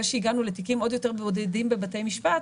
שהגענו לתיקים עוד יותר בודדים בבתי משפט,